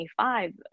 25